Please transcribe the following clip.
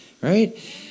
right